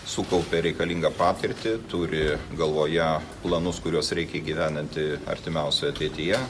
sukaupė reikalingą patirtį turi galvoje planus kuriuos reikia įgyvendinti artimiausioje ateityje